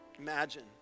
Imagine